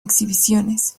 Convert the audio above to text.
exhibiciones